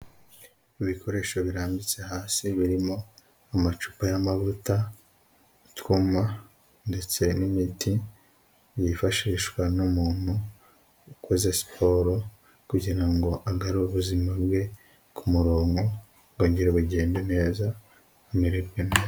Ibikoresho birambitse hasi birimo amacupa y'amavuta, utwuma, ndetse n'imiti byifashishwa n'umuntu ukoze siporo, kugira ngo agarure ubuzima bwe ku murongo, bwongere bugende neza, amererwe neza.